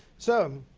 so,